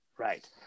Right